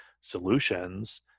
solutions